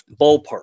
ballpark